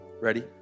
Ready